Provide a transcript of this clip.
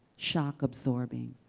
shock absorbing,